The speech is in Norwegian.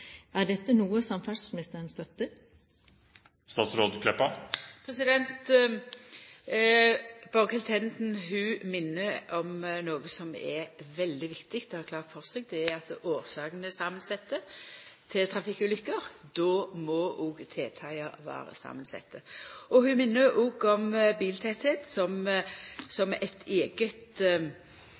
Er dette noe samferdselsministeren støtter? Borghild Tenden minner oss på noko som er veldig viktig å ha klart for seg. Det er at årsakene til trafikkulukker er samansette. Då må òg tiltaka vera samansette. Ho minner oss òg på biltettleik som